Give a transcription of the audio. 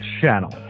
channel